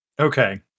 Okay